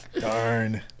Darn